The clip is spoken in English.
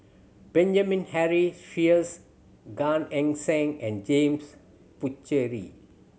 Benjamin Henry Sheares Gan Eng Seng and James Puthucheary